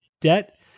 debt